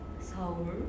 Seoul